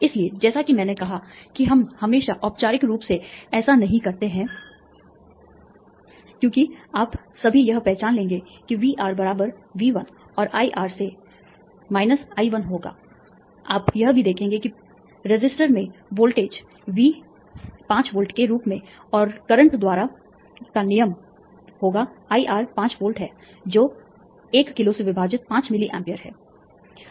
इसलिए जैसा कि मैंने कहा कि हम हमेशा औपचारिक रूप से ऐसा नहीं करेंगे क्योंकि आप सभी यह पहचान लेंगे कि VR V1 और IR से I1 होगा और आप यह भी देखेंगे कि रेसिस्टर में वोल्टेज 5 वोल्ट के रूप में और करंट द्वारा का नियम होगा IR 5 वोल्ट है जो 1 किलो से विभाजित 5 मिली एम्पीयर है